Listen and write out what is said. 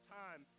time